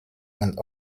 went